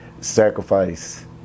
sacrifice